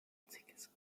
einziges